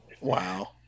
Wow